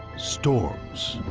storms